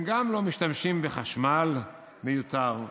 הם גם לא משתמשים בחשמל מיותר.